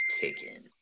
taken